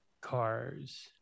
cars